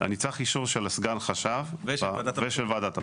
אני צריך אישור של סגן החשב ושל ועדת הפטור.